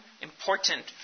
important